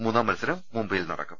മൂന്നാം മത്സരം മുംബൈയിൽ നടക്കും